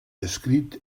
escrit